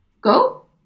go